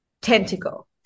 tentacle